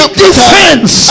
defense